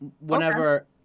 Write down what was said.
whenever